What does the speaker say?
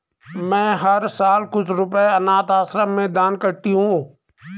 मैं हर साल कुछ रुपए अनाथ आश्रम में दान करती हूँ